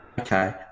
Okay